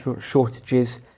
shortages